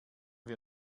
wir